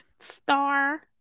star